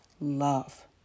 love